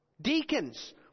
Deacons